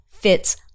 fits